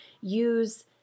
use